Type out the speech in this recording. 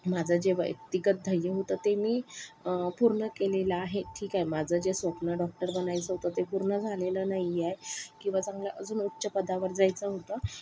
माझं जे वैयक्तिक ध्येय होतं ते मी पूर्ण केलेलं आहे ठीक आहे माझं जे स्वप्न डॉक्टर बनायचं होतं ते पूर्ण झालेलं नाही आहे किंवा चांगलं अजून उच्च पदावर जायचं होतं